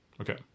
Okay